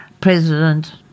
president